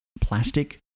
plastic